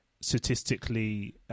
statistically